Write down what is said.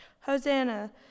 Hosanna